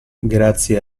grazie